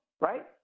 Right